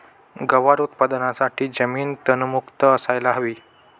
गवार उत्पादनासाठी जमीन तणमुक्त असायला हवी